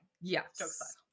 Yes